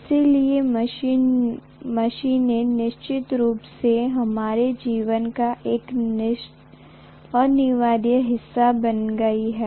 इसलिए मशीनें निश्चित रूप से हमारे जीवन का एक अनिवार्य हिस्सा बन गई हैं